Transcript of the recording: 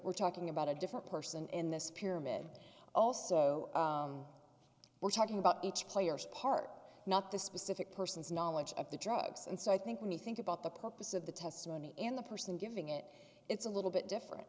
we're talking about a different person in this pyramid also we're talking about each player's part not the specific person's knowledge of the drugs and so i think when you think about the purpose of the testimony in the person giving it it's a little bit different